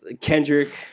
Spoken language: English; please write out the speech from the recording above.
Kendrick